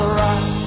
rock